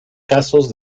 casos